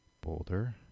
Boulder